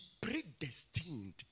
predestined